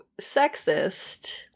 sexist